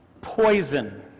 poison